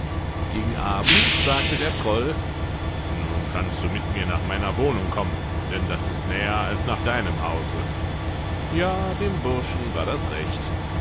gegen abend sagte der troll nun kannst du mit mir nach meiner wohnung kommen denn das ist näher als nach deinem hause ja dem burschen war das recht